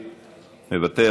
מוותר,